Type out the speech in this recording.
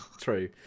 True